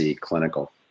clinical